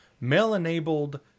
mail-enabled